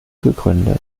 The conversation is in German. gegründet